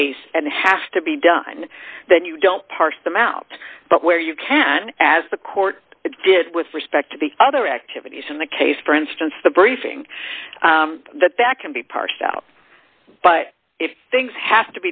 case and have to be done then you don't parse them out but where you can as the court did with respect to the other activities in the case for instance the briefing that that can be parsed out but if things have